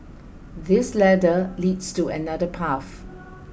this ladder leads to another path